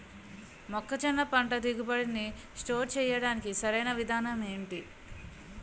మొక్కజొన్న పంట దిగుబడి నీ స్టోర్ చేయడానికి సరియైన విధానం ఎంటి?